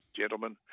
gentlemen